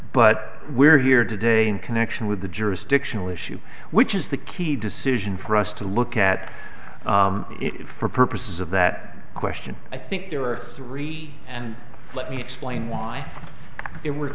but we're here today in connection with the jurisdictional issue which is the key decision for us to look at it for purposes of that question i think there are three and let me explain why it were